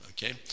Okay